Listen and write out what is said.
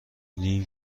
نیم